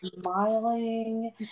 smiling